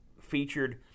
featured